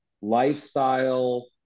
lifestyle